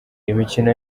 imikino